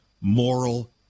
moral